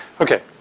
Okay